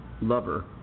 lover